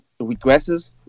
regresses